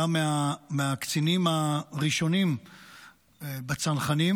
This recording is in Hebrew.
הוא היה מהקצינים הראשונים בצנחנים.